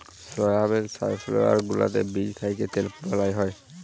সয়াবিল, safflower গুলার যে বীজ থ্যাকে তেল বালাল হ্যয়